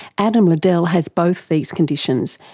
adam ladell has both these conditions,